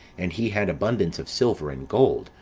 and he had abundance of silver and gold.